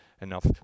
enough